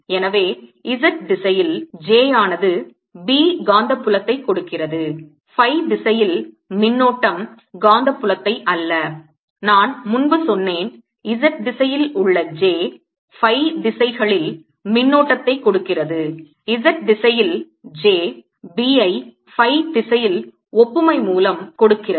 எனவே z திசையில் j ஆனது B காந்தப் புலத்தை கொடுக்கிறது phi திசையில் மின்னோட்டம் காந்தப் புலத்தை அல்ல நான் முன்பு சொன்னேன் z திசையில் உள்ள j phi திசைகளில் மின்னோட்டத்தை கொடுக்கிறது z திசையில் j B ஐ phi திசையில் ஒப்புமைமூலம் கொடுக்கிறது